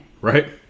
Right